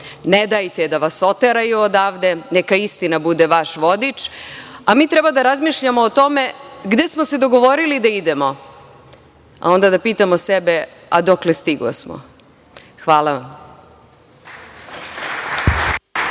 Ne dajte da vas oteraju odavde, neka istina bude vaš vodič, a mi treba da razmišljamo o tome gde smo se dogovorili da idemo, a onda da pitamo sebe a dokle stigosmo? Hvala vam.